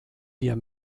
wir